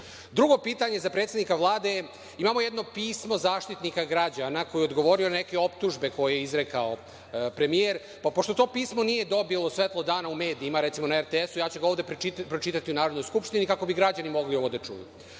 pitanje za predsednika Vlade, imamo jedno pismo Zaštitnika građana, koji je odgovorio na neke optužbe koje je izrekao premijer, pa pošto to pismo nije dobilo svetlost dana u medijima, recimo na RTS, ja ću ga ovde pročitati u Narodnoj skupštini kako bi građani ovo mogli da čuju